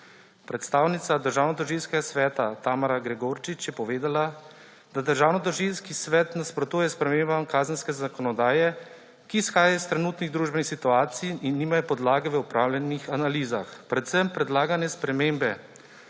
Predstavnica Državnotožilskega sveta Tamara Gregorčič je povedala, da Državnotožilski svet nasprotuje spremembam kazenske zakonodaje, ki izhajajo iz trenutnih družbenih situacij in nimajo podlage v opravljenih analizah. Predvsem predlagane spremembe